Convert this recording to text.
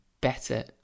better